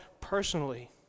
personally